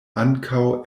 ankaŭ